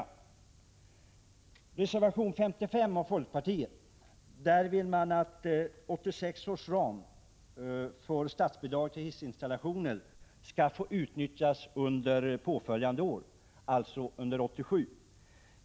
I reservation 55 vill man från folkpartiets sida att 1986 års ram för statsbidrag för hissinstallationer skall få utnyttjas under påföljande år, alltså år 1987.